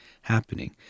happening